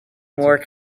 more